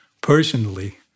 personally